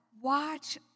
watch